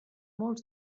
molts